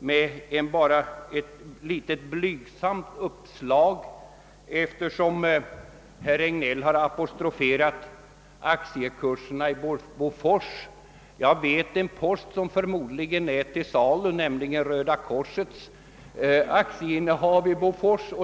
Regnéll ett litet blygsamt uppslag, eftersom herr Regnéll har apostroferat aktiekurserna i AB Bofors. Jag känner till en post som förmodligen är till salu, nämligen Röda korsets innehav av aktier i detta bolag.